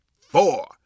four